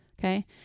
okay